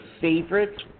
favorite